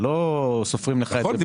זה לא סופרים לך את זה.